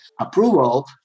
approval